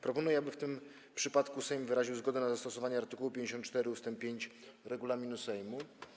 Proponuję, aby w tym przypadku Sejm wyraził zgodę na zastosowanie art. 54 ust. 5 regulaminu Sejmu.